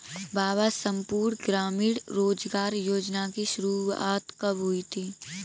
बाबा संपूर्ण ग्रामीण रोजगार योजना की शुरुआत कब हुई थी?